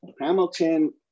Hamilton